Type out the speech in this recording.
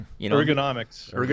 Ergonomics